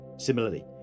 Similarly